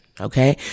okay